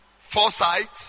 Foresight